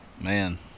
Man